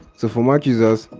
so for mac users,